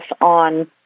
on